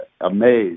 amazed